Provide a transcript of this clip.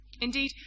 Indeed